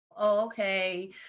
okay